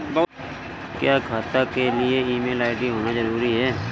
क्या खाता के लिए ईमेल आई.डी होना जरूरी है?